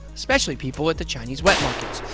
especially people at the chinese wet markets.